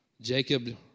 Jacob